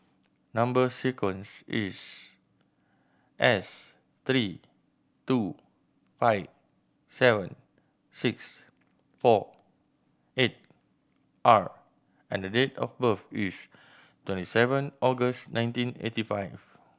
number sequence is S three two five seven six four eight R and the date of birth is twenty seven August nineteen eighty five